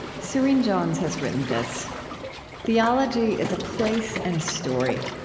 serene jones has written this theology is a place and a story.